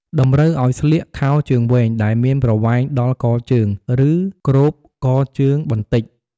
តម្រូវឱ្យស្លៀក ខោជើងវែង ដែលមានប្រវែង ដល់កជើង ឬគ្របកជើងបន្តិច។